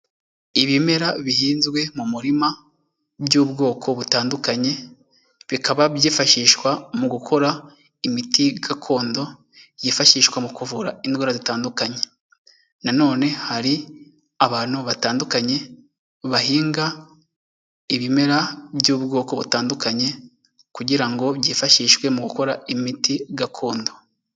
Ibimera bihinzwe mu murima by'ubwoko butandukanye, bikaba byifashishwa mu gukora imiti gakondo yifashishwa mu kuvura indwara zitandukanye. Na none hari abantu batandukanye bahinga ibimera by'ubwoko butandukanye kugira ngo byifashishwe mu gukora imiti gakondo.